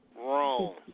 Wrong